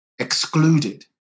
excluded